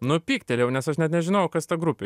nu pyktelėjau nes aš net nežinojau kas ta grupė